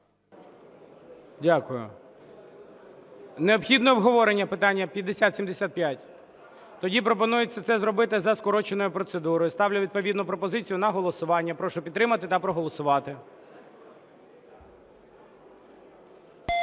Дякую. Необхідно обговорення питання 5075? Тоді пропонується це зробити за скороченою процедурою. Ставлю відповідну пропозицію на голосування. Прошу підтримати та проголосувати.